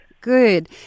Good